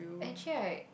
actually I